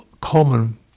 common